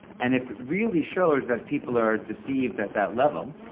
and if it really shows that people are deceived at that level,